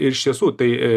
iš tiesų tai